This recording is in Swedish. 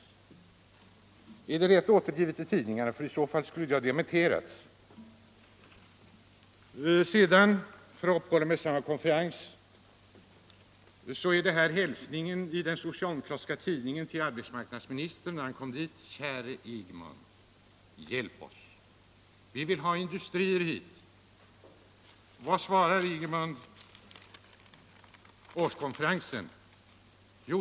Uttalandet måste vara rätt återgivet i tidningarna, för annars skulle det ha dementerats. För att uppehålla mig vid samma konferens så vill jag från en socialdemokratisk tidning återge en hälsning som mötte arbetsmarknadsministern när han kom tull Kramfors. Under rubriken ”Käre Ingemund!” ber man: ”Hjälp oss, vi vill ha hit industrier.” Vad svarar Ingemund på årskonferensen?